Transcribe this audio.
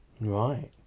Right